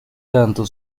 tanto